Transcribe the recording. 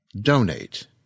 Donate